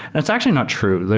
that's actually not true.